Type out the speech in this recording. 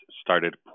started